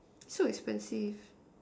so expensive